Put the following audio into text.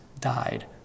died